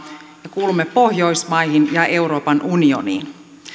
kuulumme pohjoismaihin ja euroopan unioniin